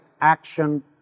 action